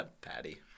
Patty